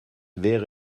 wäre